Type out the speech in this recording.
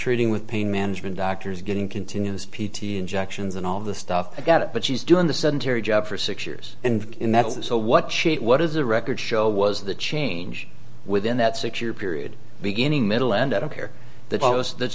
treating with pain management doctors getting continuous p t injections and all of this stuff i get it but she's doing the sedentary job for six years and in that so what she what is a record show was the change within that six year period beginning middle and out of here the